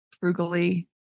frugally